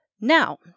now